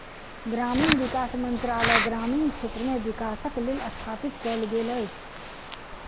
ग्रामीण विकास मंत्रालय ग्रामीण क्षेत्र मे विकासक लेल स्थापित कयल गेल अछि